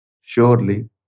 surely